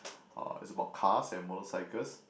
uh it's about cars and motorcycles